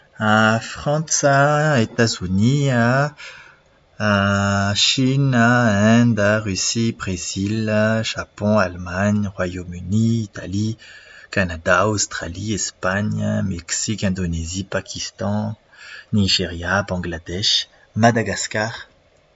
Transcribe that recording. Frantsa, Etazonia, Shina, Inde, Rosia, Brezila, Japon, Alemana, Royaume-Uni, Italia,a Kanada, Aostralia, Espana, Meksika, Indonezia, Pakistan, Nizeria, Bangladesy, Madagasikara.